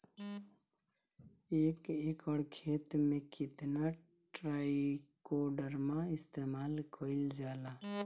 एक एकड़ खेत में कितना ट्राइकोडर्मा इस्तेमाल कईल जाला?